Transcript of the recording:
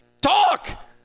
talk